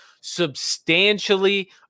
substantially